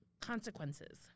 consequences